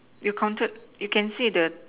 you counted you can see the